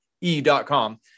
E.com